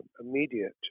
immediate